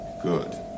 Good